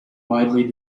widely